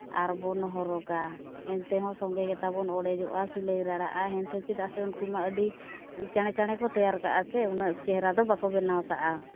ᱟᱨ ᱵᱚᱱ ᱦᱚᱨᱚᱜᱟ ᱮᱱᱛᱮ ᱦᱚᱸ ᱥᱚᱸᱜᱮ ᱜᱮᱛᱟ ᱵᱚᱱ ᱚᱲᱮᱡᱚᱜᱼᱟ ᱥᱤᱞᱟᱹᱭ ᱞᱟᱲᱟᱜᱼᱟ ᱦᱮᱱᱼᱛᱷᱮᱱ ᱪᱮᱫᱟᱜ ᱥᱮ ᱩᱱᱠᱩ ᱢᱟ ᱟᱹᱰᱤ ᱪᱟᱲᱮ ᱪᱟᱲᱮ ᱠᱚ ᱛᱮᱭᱟᱨ ᱠᱟᱜᱼᱟ ᱥᱮ ᱩᱱᱟᱹᱜ ᱪᱮᱦᱨᱟ ᱫᱚ ᱵᱟᱠᱚ ᱵᱮᱱᱟᱣ ᱠᱟᱜᱼᱟ